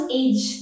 age